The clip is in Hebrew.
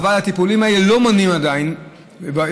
אבל הטיפולים האלה לא מונעים עדיין מהאישה